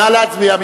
נא להצביע.